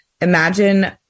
Imagine